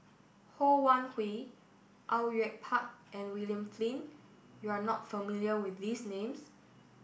Ho Wan Hui Au Yue Pak and William Flint you are not familiar with these names